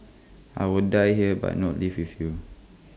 I will die here but not leave with you